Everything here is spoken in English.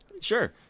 sure